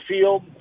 field